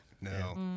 No